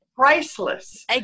Priceless